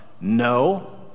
no